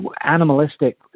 animalistic